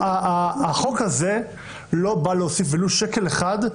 החוק הזה לא בא להוסיף, ולו שקל אחד,